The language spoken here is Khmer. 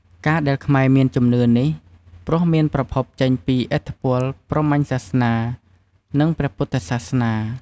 ការដែលខ្មែរមានជំនឿនេះ ព្រោះមានប្រភពចេញពីឥទ្ធិពលព្រហ្មញ្ញសាសនា និងព្រះពុទ្ធសាសនា។